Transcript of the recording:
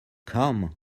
come